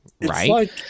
right